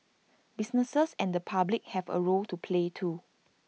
businesses and the public have A role to play too